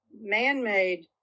man-made